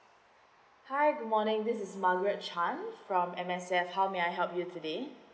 hi good morning this is margaret chan from M_S_F how may I help you today